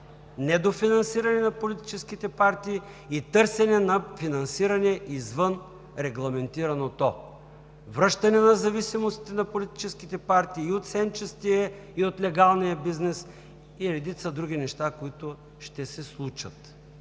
недофинансиране на политическите парти и търсене на финансиране извън регламентирането, връщане на зависимостите на политическите партии и от сенчестия, и от легалния бизнес, и редица други неща, които ще се случат.